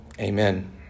Amen